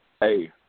Hey